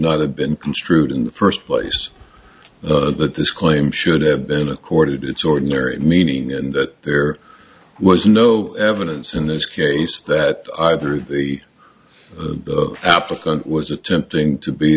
not have been construed in the first place that this claim should have been accorded its ordinary meaning and that there was no evidence in this case that either the applicant was attempting to be